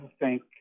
thank